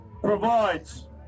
provides